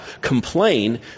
complain